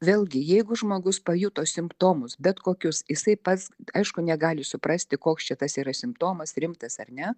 vėlgi jeigu žmogus pajuto simptomus bet kokius jisai pats aišku negali suprasti koks čia tas yra simptomas rimtas ar ne